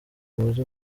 muzi